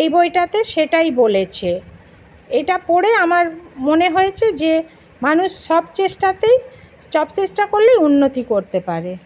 এই বইটাতে সেটাই বলেছে এটা পড়ে আমার মনে হয়েছে যে মানুষ সব চেষ্টাতেই সব চেষ্টা করলেই উন্নতি করতে পারে